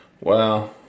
Wow